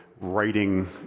writing